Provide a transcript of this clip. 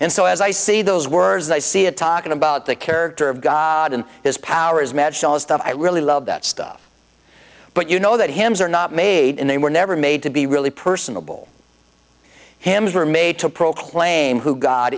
and so as i see those words i see it talking about the character of god and his power as magilla stuff i really love that stuff but you know that hymns are not made and they were never made to be really personable hymns were made to proclaim who god